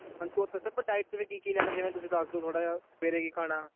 ਕੀ ਕੀ ਲੈਣਾ ਜਿਵੇਂ ਤੁਸੀਂ ਦੱਸ ਦਿਓ ਥੋੜ੍ਹਾ ਜਿਹਾ ਸਵੇਰੇ ਕੀ ਖਾਣਾ